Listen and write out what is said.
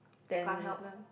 they can't help them